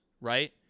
right